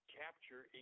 capture